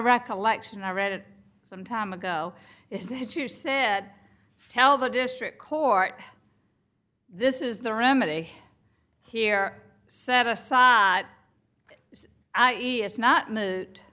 recollection i read it some time ago is that you said tell the district court this is the remedy here set aside i e it's not